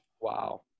Wow